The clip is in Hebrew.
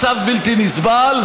מצב בלתי נסבל,